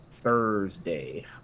Thursday